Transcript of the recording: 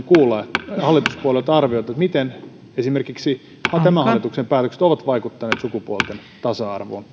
kuulla hallituspuolueilta arvioita miten esimerkiksi tämän hallituksen päätökset ovat vaikuttaneet sukupuolten tasa arvoon